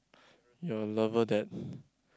your lover that